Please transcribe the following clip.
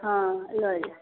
हँ लऽ जाएब